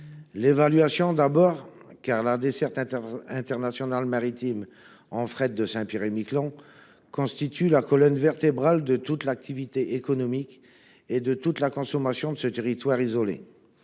L’évaluation, tout d’abord : la desserte maritime en fret de Saint Pierre et Miquelon constitue la colonne vertébrale de toute l’activité économique et de toute la consommation de ce territoire isolé.